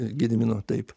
gedimino taip